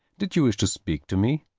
did you wish to speak to me?